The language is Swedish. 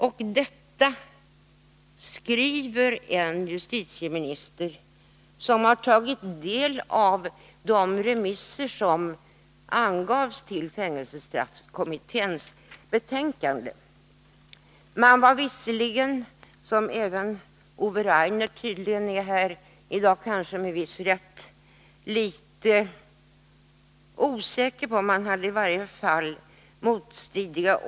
Och detta skriver en justitieminister som har tagit del av de remisser som avgavs till fängelsestraffkommitténs betänkande. Man var visserligen — som även Ove Rainer tydligen är, här i dag, kanske med viss rätt — litet osäker i fråga om tillvägagångssättet.